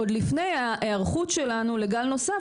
עוד לפני ההיערכות שלנו לגל עלייה נוסף,